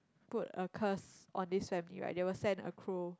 put a curse on this family right they will send a crow